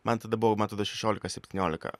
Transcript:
man tada buvo man atrodo šešiolika septyniolika